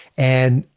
and,